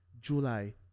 july